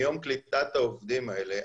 מיום קליטת העובדים האלה,